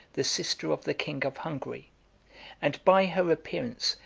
the sister of the king of hungary and by her appearance,